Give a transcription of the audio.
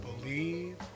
Believe